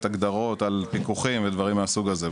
הגדרות על פיקוח ודברים מהסוג הזה,